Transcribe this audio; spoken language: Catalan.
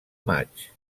maig